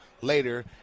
later